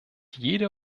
jede